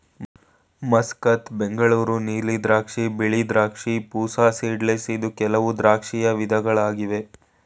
Muscat, Bengaluru ನೀಲಿ ದ್ರಾಕ್ಷಿ, ಬಿಳಿ ದ್ರಾಕ್ಷಿ, ಪೂಸಾ ಸೀಡ್ಲೆಸ್ ಇದು ಕೆಲವು ದ್ರಾಕ್ಷಿಯ ವಿಧಗಳಾಗಿವೆ